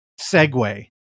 segue